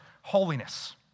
holiness